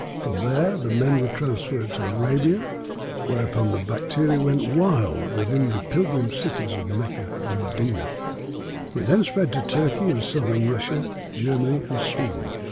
from there the men were transferred to arabia whereupon the bacteria went wild within the pilgrim cities of mecca and medina. it then spread to turkey and southern russia, germany and sweden.